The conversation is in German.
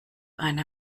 eine